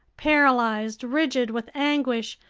paralyzed, rigid with anguish,